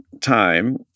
time